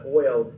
oil